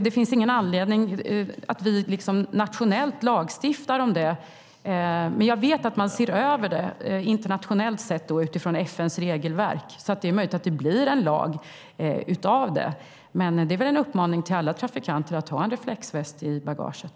Det finns ingen anledning för oss att nationellt lagstifta om det. Men jag vet att man ser över detta internationellt sett utifrån FN:s regelverk. Det är möjligt att det blir en lag av det, men det är en uppmaning till alla trafikanter att ha en reflexväst i bagaget.